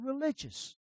religious